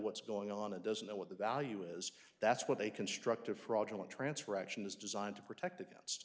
what's going on and doesn't know what the value is that's what they construct a fraudulent transfer action is designed to protect against